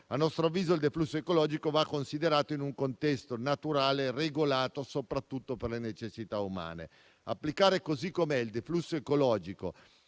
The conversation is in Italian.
a nostro avviso il deflusso ecologico va considerato in un contesto naturale regolato soprattutto per le necessità umane. Applicando così com'è il deflusso ecologico